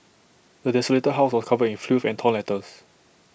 the desolated house was covered in filth and torn letters